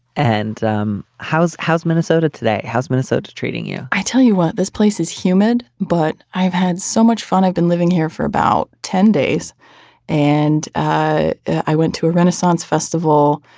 and um how's how's minnesota today how's minnesota treating you i tell you what this place is humid but i've had so much fun i've been living here for about ten days and i i went to a renaissance festival.